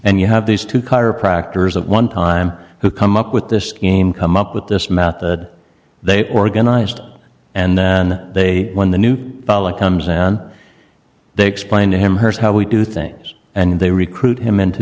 and you have these two chiropractors at one time who come up with this game come up with this method they organized and then they when the new public comes in and they explain to him here's how we do things and they recruit him into